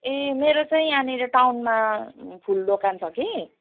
ए मेरो चाहिँ यहाँनेर टाउनमा फुल दोकान छ कि